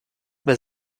wer